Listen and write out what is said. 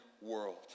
world